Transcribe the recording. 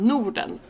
Norden